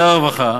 שר הרווחה,